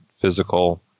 physical